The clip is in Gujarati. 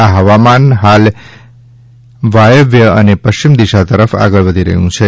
આ હવામાન હાલ વાયવ્ય અને પશ્ચિમ દિશા તરફ આગળ વધી રહ્યું છે